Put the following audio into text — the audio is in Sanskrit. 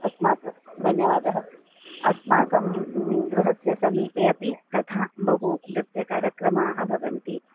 अस्माकं धन्यवादः अस्माकं गृहस्य समीपे अपि तथा बहु नृत्यकार्यक्रमाः भवन्ति